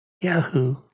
Yahoo